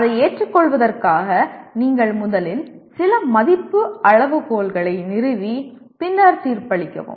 அதை ஏற்றுக்கொள்வதற்காக நீங்கள் முதலில் சில மதிப்பு அளவுகோல்களை நிறுவி பின்னர் தீர்ப்பளிக்கவும்